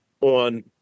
on